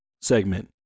segment